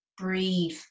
breathe